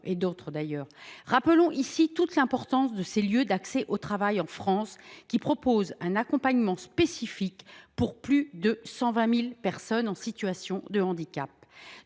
son département. Rappelons ici toute l’importance de ces lieux d’accès au travail en France, qui proposent un accompagnement spécifique pour plus de 120 000 personnes en situation de handicap.